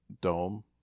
dome